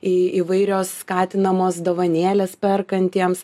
įvairios skatinamos dovanėlės perkantiems